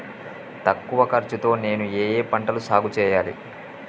తక్కువ ఖర్చు తో నేను ఏ ఏ పంటలు సాగుచేయాలి?